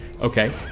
Okay